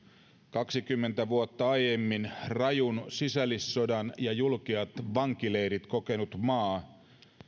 kaksikymmentä vuotta aiemmin rajun sisällissodan ja julkeat vankileirit kokenut maa